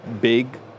big